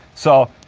so.